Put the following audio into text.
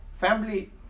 family